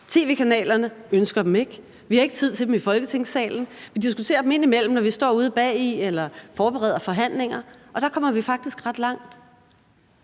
Tv-kanalerne ønsker dem ikke, og vi har ikke tid til dem i Folketingssalen. Vi diskuterer det indimellem, når vi står ude bagved eller forbereder forhandlinger, og der kommer vi faktisk ret langt.